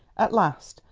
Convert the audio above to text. at last,